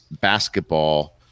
basketball